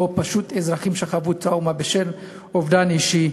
או פשוט אזרחים שחוו טראומה בשל אובדן אישי,